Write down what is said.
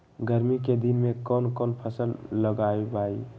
गर्मी के दिन में कौन कौन फसल लगबई?